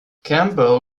campbell